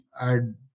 add